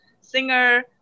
singer